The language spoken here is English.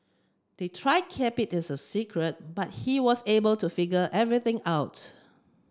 they tried to keep it a secret but he was able to figure everything out